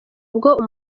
ubwo